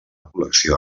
col·lecció